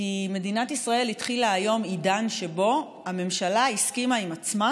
כי מדינת ישראל התחילה היום עידן שבו הממשלה הסכימה עם עצמה,